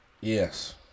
Yes